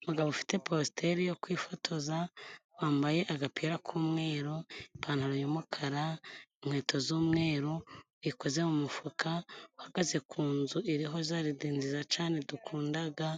Umugabo ufite positeri yo kwifotoza wambaye agapira k'umweru, ipantaro y'umukara, inkweto z'umweru ikoze mu mufuka uhagaze ku nzu iriho za ride nziza cane dukundaga